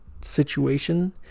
situation